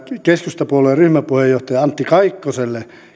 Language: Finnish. keskustapuolueen ryhmäpuheenjohtaja antti kaikkosta